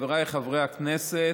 חבריי חברי הכנסת,